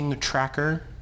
Tracker